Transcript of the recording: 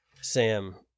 Sam